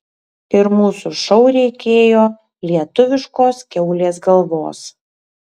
ir mūsų šou reikėjo lietuviškos kiaulės galvos